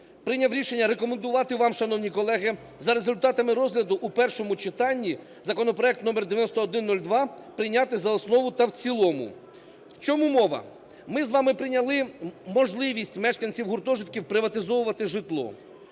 прийняв рішення рекомендувати вам, шановні колеги, за результатами розгляду у першому читанні законопроект № 9102 прийняти за основу та в цілому. В чому мова? Ми з вами прийняли можливість мешканців гуртожитків приватизовувати житло,